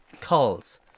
calls